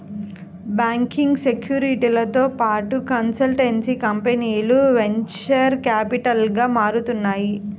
banking, సెక్యూరిటీలతో పాటు consultancy కంపెనీలు వెంచర్ క్యాపిటల్గా మారుతున్నాయి